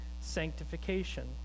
sanctification